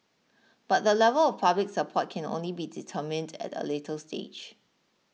but the level of public support can only be determined at a later stage